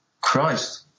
Christ